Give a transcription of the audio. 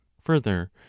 further